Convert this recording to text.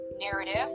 narrative